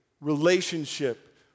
relationship